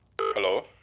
Hello